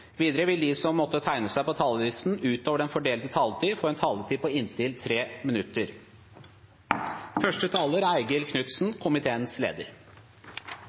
Videre vil de som måtte tegne seg på talerlisten utover den fordelte taletid, få en taletid på inntil 3 minutter.